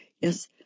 yes